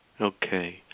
Okay